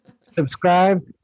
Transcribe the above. subscribe